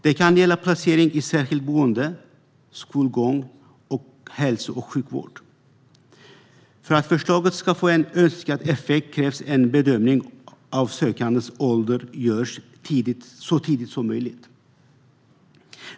Det kan gälla placering i särskilt boende, skolgång och hälso och sjukvård. För att förslaget ska få en önskad effekt krävs att en bedömning av den sökandes ålder görs så tidigt som möjligt.